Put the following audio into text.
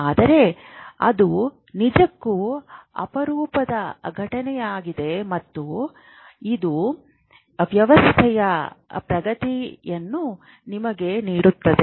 ಆದರೆ ಇದು ನಿಜಕ್ಕೂ ಅಪರೂಪದ ಘಟನೆಯಾಗಿದೆ ಮತ್ತು ಇದು ವ್ಯವಸ್ಥೆಯ ಪ್ರಗತಿಯನ್ನು ನಿಮಗೆ ನೀಡುತ್ತದೆ